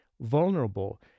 vulnerable